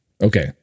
Okay